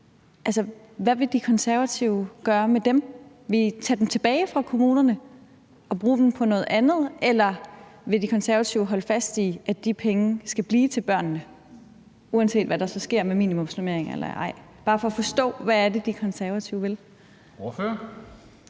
hvad vil De Konservative gøre med dem? Vil De Konservative tage dem tilbage fra kommunerne og bruge dem på noget andet, eller vil De Konservative holde fast i, at de penge skal blive til børnene, uanset hvad der sker med minimumsnormeringer eller ej? Det er bare for at forstå, hvad det er, De Konservative vil. Kl.